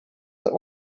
that